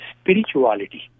spirituality